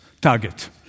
target